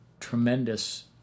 tremendous